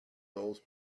those